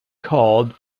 called